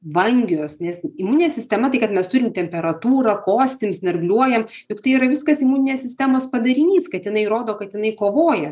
vangios nes imuninė sistema tai kad mes turim temperatūrą kostim snargliuojam juk tai yra viskas imuninės sistemos padarinys kad jinai rodo kad jinai kovoja